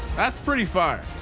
that's pretty far.